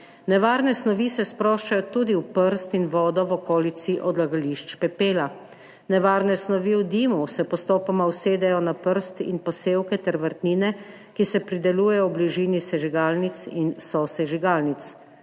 Nevarne snovi se sproščajo tudi v prst in vodo v okolici odlagališč pepela. Nevarne snovi v dimu se postopoma usedejo na prst in posevke ter vrtnine, ki se pridelujejo v bližini sežigalnic in sosežigalnic.